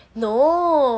no